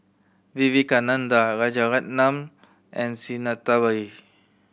Vivekananda Rajaratnam and Sinnathamby